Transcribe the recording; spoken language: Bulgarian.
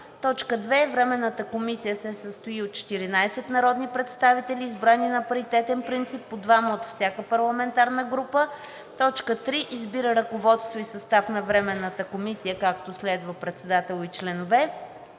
г. 2. Временната комисия се състои от 14 народни представители, избрани на паритетен принцип – по двама от всяка парламентарна група. 3. Избира ръководство и състав на Временната анкетна комисия, както следва: Председател: … Членове: